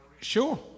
Sure